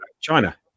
China